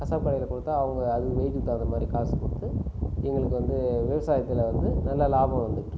கசாப்பு கடையில் கொடுத்தா அவங்க அது வெயிட்டுக்கு தகுந்த மாதிரி காசு கொடுத்து எங்களுக்கு வந்து விவசாயத்தில் வந்து நல்ல லாபம் வந்துகிட்டு இருக்குது